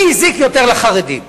מי הזיק יותר לחרדים.